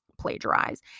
plagiarize